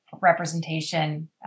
representation